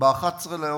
ב-11 באוגוסט.